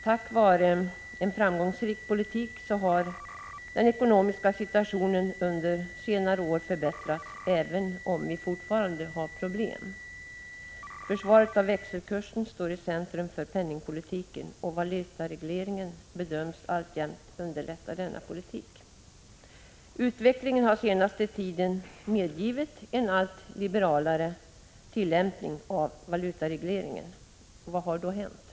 Tack vare en framgångsrik politik har den ekonomiska situationen under senare år förbättrats, även om vi fortfarande har problem. Försvaret av växelkursen står i centrum för penningpolitiken, och valutaregleringen bedöms alltjämt underlätta denna politik. Utvecklingen har den senaste tiden medgivit en allt liberalare tillämpning av valutaregleringen. Vad har då hänt?